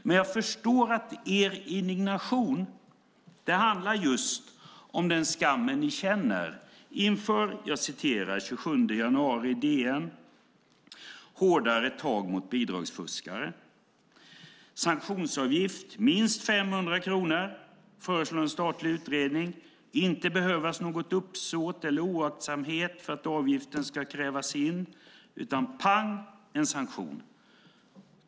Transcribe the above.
Men jag förstår att er indignation handlar just om den skam ni känner inför det som stod i DN den 27 januari om hårdare tag mot bidragsfuskare. Det ska vara en sanktionsavgift, minst 500 kronor, föreslår en statlig utredning. Det ska inte behövas något uppsåt eller någon oaktsamhet för att avgiften ska krävas in, utan det är, pang, en sanktion.